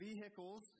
vehicles